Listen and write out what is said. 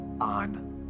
on